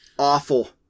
awful